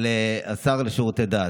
אבל השר לשירותי דת,